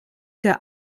der